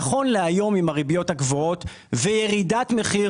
נכון להיום, עם הריביות הגבוהות ועם ירידת המחיר